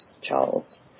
Charles